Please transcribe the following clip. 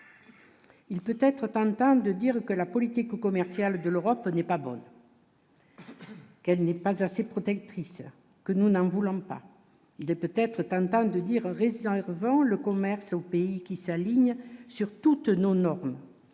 il peut être tentant de dire que la politique commerciale de l'Europe n'est pas bonne. Elle n'est pas assez protectrice que nous n'en voulons pas de peut-être tentant de dire résident les revend le commerce aux pays qui s'aligne sur toutes nos normes